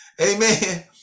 Amen